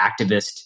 activist